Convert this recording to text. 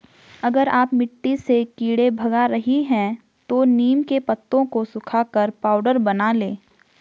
अगर आप मिट्टी से कीड़े भगा रही हैं तो नीम के पत्तों को सुखाकर पाउडर बना लें